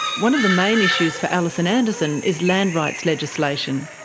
one of the main issues for alison anderson is land rights legislation.